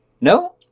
No